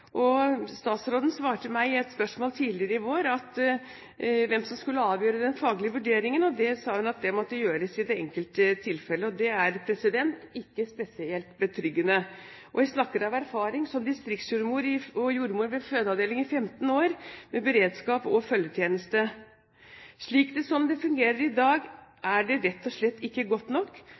stilte statsråden et spørsmål tidligere i vår om hvem som skulle avgjøre den faglige vurderingen, og da svarte hun at det må gjøres i hvert enkelt tilfelle. Det er ikke spesielt betryggende. Jeg snakker av erfaring som distriktsjordmor og jordmor ved fødeavdeling i 15 år med beredskap og følgetjeneste. Slik tjenesten fungerer i dag er det rett og slett ikke godt nok,